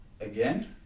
again